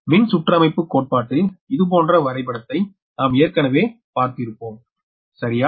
மின்சுற்றமைப்புக் கோட்பாட்டில் இது போன்ற வரைபடத்தை நாம் ஏற்கனவே பார்த்திருப்போம் சரியா